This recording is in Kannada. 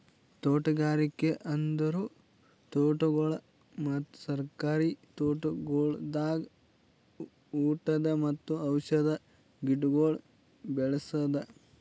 ತೋಟಗಾರಿಕೆ ಅಂದುರ್ ತೋಟಗೊಳ್ ಮತ್ತ ಸರ್ಕಾರಿ ತೋಟಗೊಳ್ದಾಗ್ ಊಟದ್ ಮತ್ತ ಔಷಧ್ ಗಿಡಗೊಳ್ ಬೆ ಳಸದ್